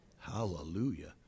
Hallelujah